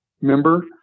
member